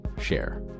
share